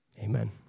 Amen